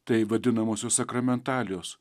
tai vadinamosios sakramentalijos